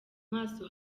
maso